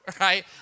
right